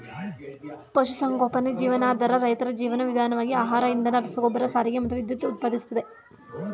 ಪಶುಸಂಗೋಪನೆ ಜೀವನಾಧಾರ ರೈತರ ಜೀವನ ವಿಧಾನವಾಗಿ ಆಹಾರ ಇಂಧನ ರಸಗೊಬ್ಬರ ಸಾರಿಗೆ ಮತ್ತು ವಿದ್ಯುತ್ ಉತ್ಪಾದಿಸ್ತದೆ